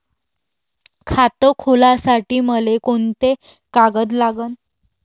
खात खोलासाठी मले कोंते कागद लागन?